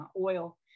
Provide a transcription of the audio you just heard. oil